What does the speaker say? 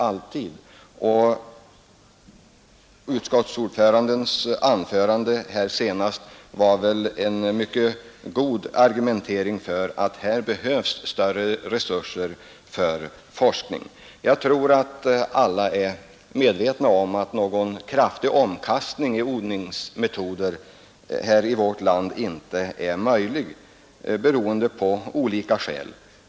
Det anförande som utskottets ordförande här senast höll var väl också en mycket god argumentering för att här behövs större resurser för forskning. Jag tror att alla är medvetna om att någon kraftig omvälvning av odlingsmetoder av olika skäl inte är möjlig i vårt land.